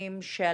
הנתונים של